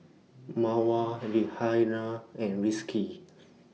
Mawar Raihana and Rizqi